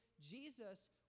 Jesus